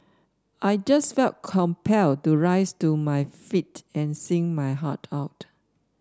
I just felt compelled to rise to my feet and sing my heart out